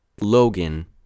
logan